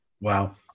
Wow